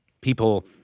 people